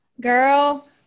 girl